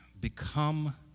become